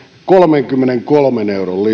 kolmenkymmenenkolmen euron